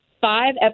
five